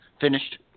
finished